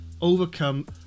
overcome